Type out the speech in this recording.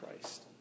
Christ